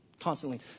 constantly